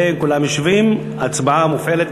כולם יושבים, ההצבעה מופעלת.